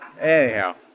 Anyhow